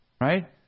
right